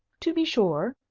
to be sure,